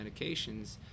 medications